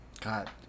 God